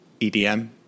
EDM